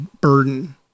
burden